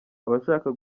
abashaka